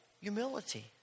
humility